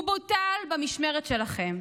בוטל במשמרת שלכם.